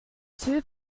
two